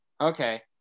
Okay